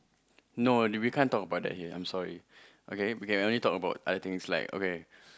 no if we can't talk about that here I'm sorry okay we can only talk about other things like okay